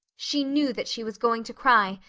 she knew that she was going to cry,